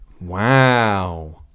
Wow